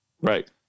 Right